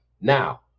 Now